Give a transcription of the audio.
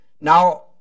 Now